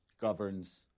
governs